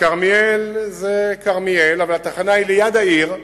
וכרמיאל זו כרמיאל, אבל התחנה היא ליד העיר,